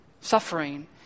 Suffering